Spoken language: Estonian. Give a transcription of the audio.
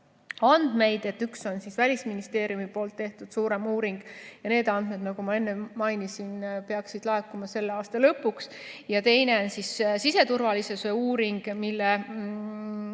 andmeid. Üks on Välisministeeriumi tehtud suurem uuring ja need andmed, nagu ma enne mainisin, peaksid laekuma selle aasta lõpuks. Teine on siseturvalisuse uuring, mille